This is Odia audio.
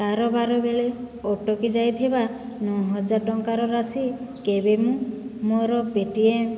କାରବାର ବେଳେ ଅଟକି ଯାଇଥିବା ନଅହଜାର ଟଙ୍କାର ରାଶି କେବେ ମୁଁ ମୋର ପେ ଟି ଏମ୍